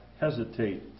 hesitate